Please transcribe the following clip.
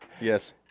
Yes